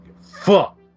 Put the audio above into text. fuck